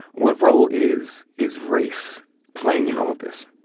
what role is is race playing in all of this?